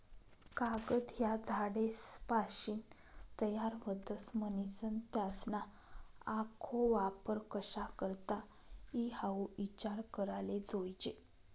कागद ह्या झाडेसपाशीन तयार व्हतस, म्हनीसन त्यासना आखो वापर कशा करता ई हाऊ ईचार कराले जोयजे